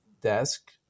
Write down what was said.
desk